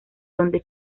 donde